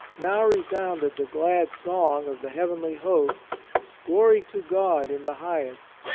now re sounded the glad song of the heavenly hosts glory to god in the highest,